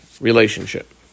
relationship